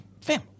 Fam